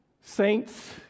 Saints